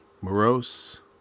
morose